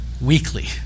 weekly